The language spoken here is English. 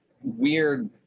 weird